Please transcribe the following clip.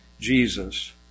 Jesus